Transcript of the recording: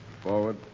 Forward